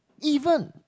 even